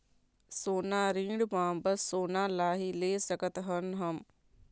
सोना ऋण मा बस सोना ला ही ले सकत हन हम?